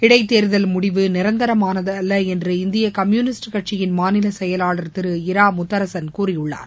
இடைத்தேர்தல் முடிவு நிரந்தரமானது அல்ல என்று இந்திய கம்யூனிஸ்ட் கட்சியின் மாநிலச்செயலாளர் திரு இரா முத்தரசன் கூறியுள்ளார்